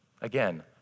again